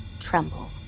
tremble